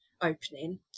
opening